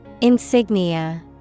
Insignia